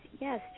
Yes